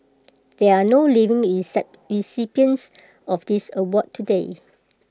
there are no living recipients of this award today